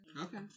Okay